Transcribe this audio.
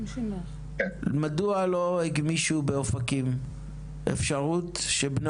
מדוע לא הגמישו באופקים אפשרות שבני